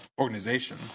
organization